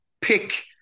pick